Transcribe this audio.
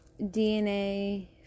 DNA